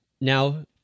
Now